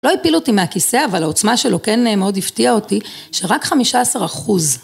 לא הפילו אותי מהכיסא אבל העוצמה שלו כן מאוד הפתיעה אותי שרק חמישה עשר אחוז